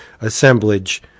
assemblage